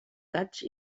gats